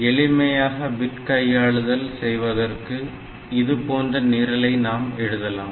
எளிமையான பிட் கையாளுதல் செய்வதற்கு இதுபோன்ற நிரலை நாம் எழுதலாம்